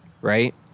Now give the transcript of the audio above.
right